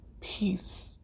peace